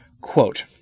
Quote